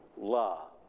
love